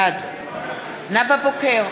בעד נאוה בוקר,